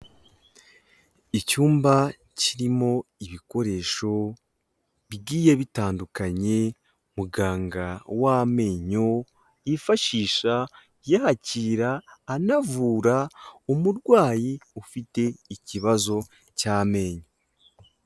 Icyumba kirimo ibikoresho bigiye bitandukanye muganga w'amenyo yifashisha yakira, anavura umurwayi ufite ikibazo cy'amenyo.